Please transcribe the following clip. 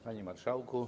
Panie Marszałku!